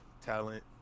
talent